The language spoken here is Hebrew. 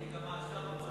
תגידי גם מה השר אמר.